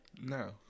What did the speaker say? No